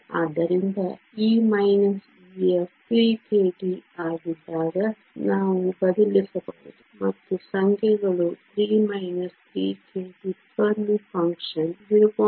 ಆದ್ದರಿಂದ E EF 3 kT ಆಗಿದ್ದಾಗ ನಾವು ಬದಲಿಸಬಹುದು ಮತ್ತು ಸಂಖ್ಯೆಗಳು 3 3 kT ಫೆರ್ಮಿ ಫಂಕ್ಷನ್ 0